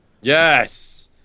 Yes